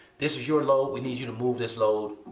this is your load. we need you to move this load.